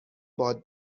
باد